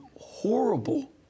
horrible